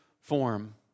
form